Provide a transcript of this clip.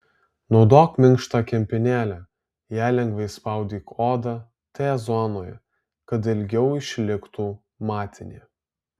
naudok minkštą kempinėlę ja lengvai spaudyk odą t zonoje kad ilgiau išliktų matinė